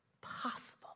possible